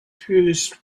fused